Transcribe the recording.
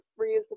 reusable